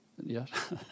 Yes